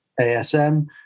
ASM